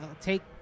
Take